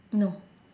no